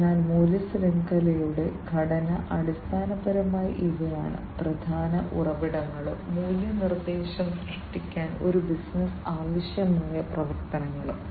അതിനാൽ മൂല്യ ശൃംഖലയുടെ ഘടന അടിസ്ഥാനപരമായി ഇവയാണ് പ്രധാന ഉറവിടങ്ങളും മൂല്യ നിർദ്ദേശം സൃഷ്ടിക്കാൻ ഒരു ബിസിനസ്സിന് ആവശ്യമായ പ്രവർത്തനങ്ങളും